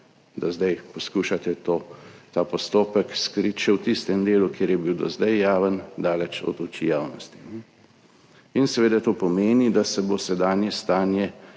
da zdaj poskušate ta postopek skriti še v tistem delu, kjer je bil do zdaj javen, daleč od oči javnosti. In seveda to pomeni, da se bo sedanje stanje